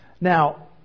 Now